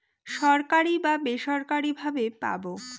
সরকারি বা বেসরকারি ভাবে পাবো